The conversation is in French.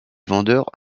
vendeurs